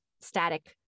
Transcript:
static